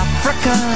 Africa